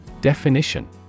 Definition